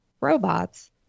robots